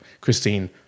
Christine